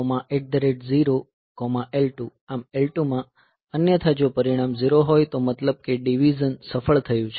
આમ L2 માં અન્યથા જો પરિણામ 0 હોય તો મતલબ કે ડીવીઝન સફળ થયું છે